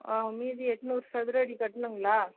ஆ மீதி எட்டுநூறு சதுரடி கட்டணுங்களா